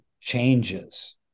changes